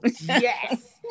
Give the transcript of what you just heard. yes